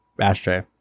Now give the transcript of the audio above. ashtray